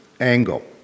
angle